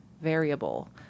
variable